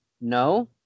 no